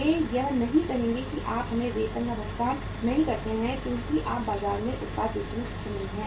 वे यह नहीं कहेंगे कि आप हमें वेतन का भुगतान नहीं करते हैं क्योंकि आप बाजार में उत्पाद बेचने में सक्षम नहीं हैं